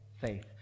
faith